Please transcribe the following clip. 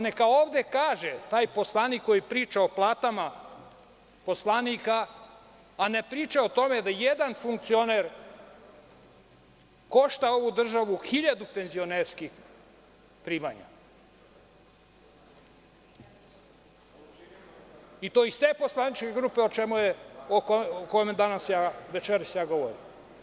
Neka ovde kaže taj poslanik koji priča o platama poslanika, a ne priča o tome da jedan funkcioner košta ovu državu 1000 penzionerskih primanja, i to iz te poslaničke grupe o kome večeras govorim.